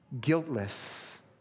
guiltless